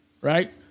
right